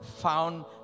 found